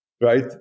Right